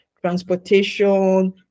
transportation